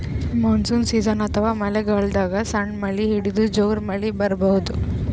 monsoon season ಅಥವಾ ಮಳಿಗಾಲದಾಗ್ ಸಣ್ಣ್ ಮಳಿ ಹಿಡದು ಜೋರ್ ಮಳಿ ಬರಬಹುದ್